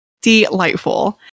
Delightful